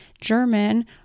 German